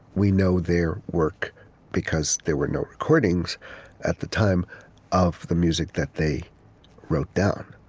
we know their work because there were no recordings at the time of the music that they wrote down.